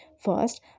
First